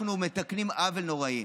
אנחנו מתקנים עוול נוראי.